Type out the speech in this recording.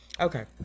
Okay